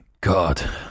God